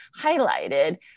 highlighted